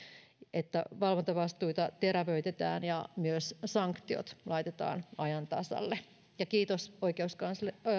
että valvontavastuita terävöitetään ja myös sanktiot laitetaan ajan tasalle vielä kiitos